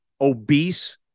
obese